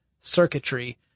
circuitry